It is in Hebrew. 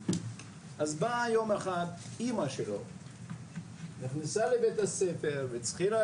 יום אחד באה אימא שלו לבית הספר והתחילה